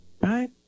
right